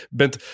bent